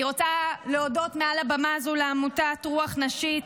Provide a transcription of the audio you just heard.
אני רוצה להודות מעל הבמה הזו לעמותת "רוח נשית",